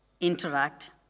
interact